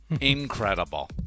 Incredible